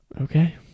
okay